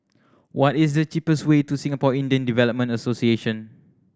what is the cheapest way to Singapore Indian Development Association